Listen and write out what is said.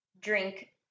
drink